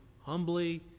humbly